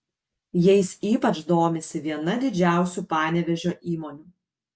jais ypač domisi viena didžiausių panevėžio įmonių